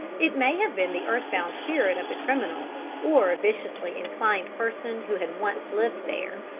it may have been the earth-bound spirit of the criminal or viciously inclined person who had once lived there,